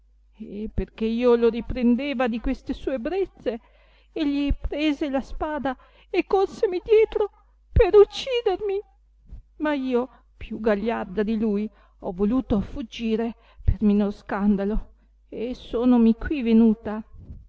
e perchè io lo riprendeva di queste sue ebbrezze egli prese la spada e corsemi dietro per uccidermi ma io più gagliarda di lui ho voluto fuggire per minor scandalo e sonomi qui venuta